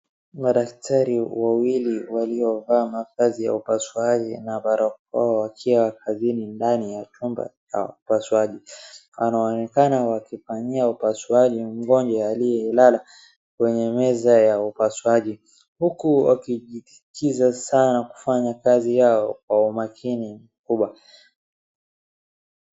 Madaktari wawili waliovaa mavazi ya upasuaji na barakoa wakiwa kazini ndani ya chumba cha upasuaji. Wanaonekana wakifanyia upasuaji mgonjwa aliyelala kwenye meza ya upasuaji huku wakijitikiza sana kufanya kazi yao kwa umakini mkubwa.